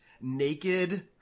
naked